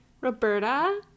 Roberta